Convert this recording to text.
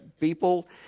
people